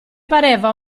pareva